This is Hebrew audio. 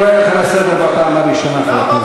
אני קורא אותך לסדר בפעם הראשונה,